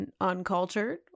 uncultured